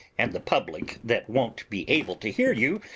and the public that won't be able to hear you,